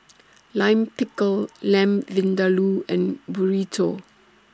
Lime Pickle Lamb Vindaloo and Burrito